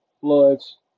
floods